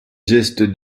geste